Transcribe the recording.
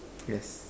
yes